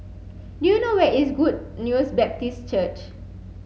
do you know where is Good News Baptist Church